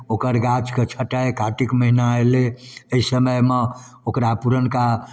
ओकर गाछके छटाइ कातिक महिना अएलै एहि समयमे ओकरा पुरनका